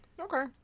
Okay